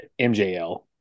MJL